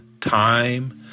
time